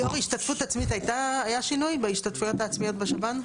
ליאור, השתתפות היה שינוי בהשתתפות העצמית בשב"ן?